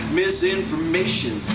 misinformation